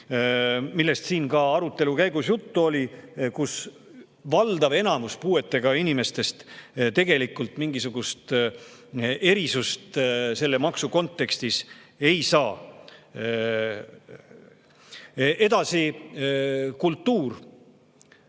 kellest siin arutelu käigus ka juttu oli. Valdav enamus puuetega inimestest tegelikult mingisugust erisust selle maksu kontekstis ei saa. Edasi, kultuur.